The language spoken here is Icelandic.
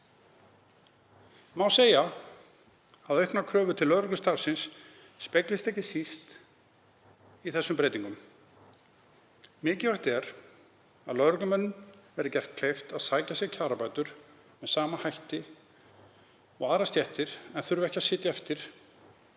Má segja að auknar kröfur til lögreglustarfsins speglist ekki hvað síst í þessum breytingum. Mikilvægt er að lögreglumönnum verði gert kleift að sækja sér kjarabætur með sama hætti og aðrar stéttir en þurfi ekki að sitja eftir